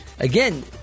Again